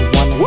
one